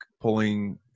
pulling